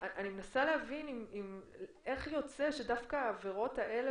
אני מנסה להבין איך יוצא שדווקא העבירות האלה